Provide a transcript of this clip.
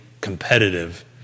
competitive